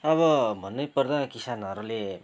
अब भन्नैपर्दा किसानहरूले